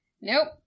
Nope